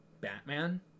Batman